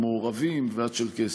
המעורבים והצ'רקסיים.